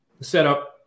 setup